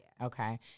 Okay